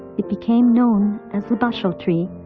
it became known as the basho tree,